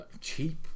cheap